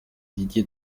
didier